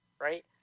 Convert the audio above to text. right